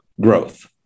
growth